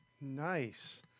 Nice